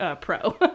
pro